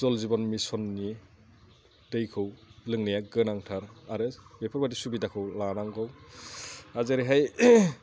जल जिब'न मिसननि दैखौ लोंनाया गोनांथार आरो बेफोरबायदि सुबिदाखौ लानांगौ आरो जेरैहाय